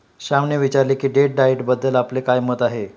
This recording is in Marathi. श्यामने विचारले की डेट डाएटबद्दल आपले काय मत आहे?